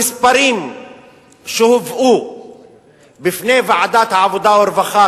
המספרים שהובאו בפני ועדת העבודה והרווחה,